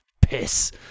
piss